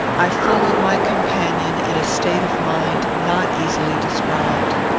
i followed my companion in a state of mind not easily described.